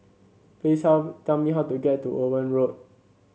please how tell me how to get to Owen Road